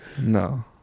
No